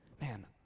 Man